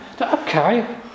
Okay